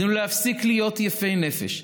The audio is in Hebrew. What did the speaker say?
עלינו להפסיק להיות יפי נפש,